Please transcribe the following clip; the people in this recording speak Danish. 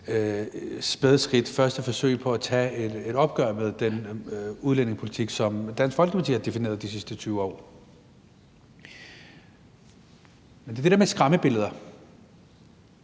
spæde skridt i et forsøg på at tage et opgør med den udlændingepolitik, som Dansk Folkeparti har defineret de sidste 20 år. Men det er det der med skræmmebilleder.